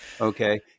Okay